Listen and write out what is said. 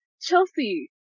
chelsea